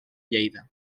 lleida